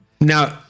Now